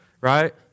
right